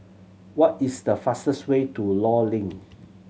what is the fastest way to Law Link